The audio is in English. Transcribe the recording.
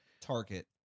target